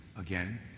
Again